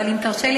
אבל אם תרשה לי,